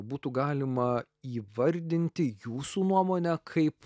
būtų galima įvardinti jūsų nuomone kaip